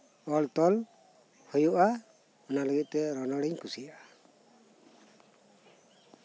ᱚᱞ ᱛᱚᱞ ᱦᱳᱭᱳᱜᱼᱟ ᱚᱱᱟ ᱱᱤᱭᱮ ᱛᱮ ᱨᱚᱱᱚᱲᱤᱧ ᱠᱩᱥᱤᱭᱟᱜᱼᱟ